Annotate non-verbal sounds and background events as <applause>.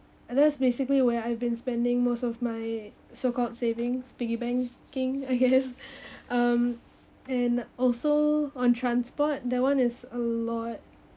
and that's basically where I've been spending most of my so called savings piggy banking I guess <laughs> um and also on transport that one is a lot